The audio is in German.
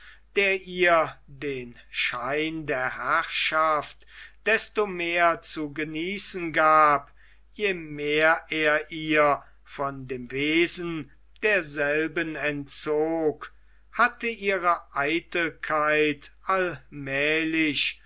der ihr den schein der herrschaft desto mehr zu genießen gab je mehr er ihr von dem wesen derselben entzog hatte ihre eitelkeit allmählich